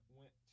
went